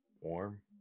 Warm